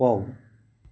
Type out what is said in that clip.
wow